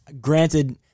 granted